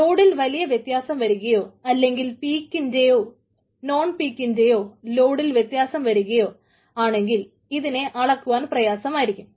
ലോഡിൽ ലോഡിൽ വ്യത്യാസം വരികയോ ആണെങ്കിൽ ഇതിനെ അളക്കുവാൻ പ്രയാസമായിരിക്കും